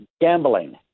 gambling